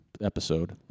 episode